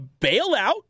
bailout